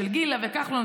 של גילה וכחלון,